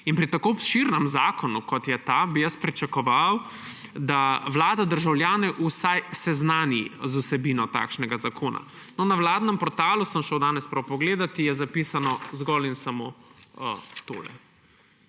In pri tako obširnem zakonu, kot je ta, bi jaz pričakoval, da vlada državljane vsaj seznani z vsebino takšnega zakona. Na vladnem portalu – sem danes prav pogledal – je zapisano zgolj in samo tole;